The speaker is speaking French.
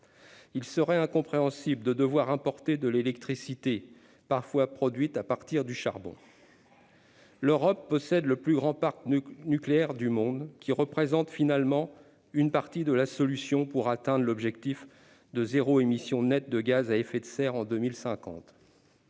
Il serait incompréhensible de devoir importer de l'électricité parfois produite à partir de charbon. L'Europe possède le plus grand parc nucléaire du monde ; il représente en fin de compte une partie de la solution pour atteindre l'objectif de zéro émission nette de gaz à effet de serre en 2050.